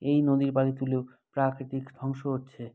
এই নদীর বালি তুলেও প্রকৃতি ধ্বংস হচ্ছে